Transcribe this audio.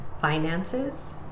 finances